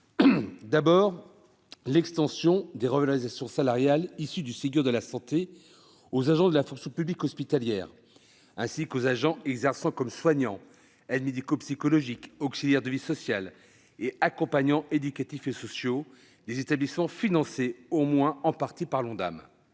est l'extension des revalorisations salariales issues du Ségur de la santé aux agents de la fonction publique hospitalière, ainsi qu'aux agents exerçant comme soignants, aides médico-psychologiques, auxiliaires de vie sociale et accompagnants éducatifs et sociaux des établissements financés au moins en partie par l'Ondam.